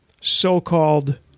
so-called